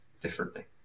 differently